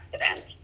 accident